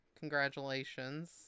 congratulations